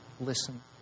listen